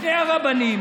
שני הרבנים,